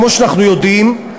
כמו שאנחנו יודעים,